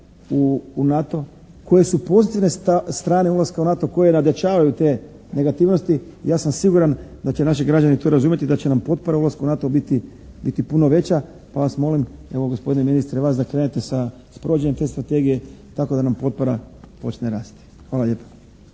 u NATO, koje su pozitivne strane ulaska u NATO koje nadjačavaju te negativnosti. Ja sam siguran da će naši građani to razumjeti i da će nam potpora ulaska u NATO biti puno veća, pa vas molim, evo gospodine ministre vas, da krenete sa sprovođenjem te strategije tako da nam potpora počne rasti. Hvala lijepa.